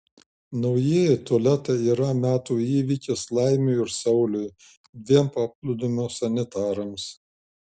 naujieji tualetai yra metų įvykis laimiui ir sauliui dviem paplūdimio sanitarams